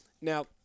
now